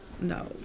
No